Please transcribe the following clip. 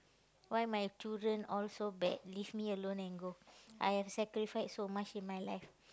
why my children all so bad leave me alone and go I have sacrificed so much in my life